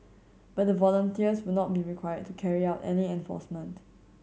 but the volunteers will not be required to carry out any enforcement